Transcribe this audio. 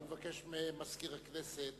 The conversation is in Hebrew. אני מבקש ממזכיר הכנסת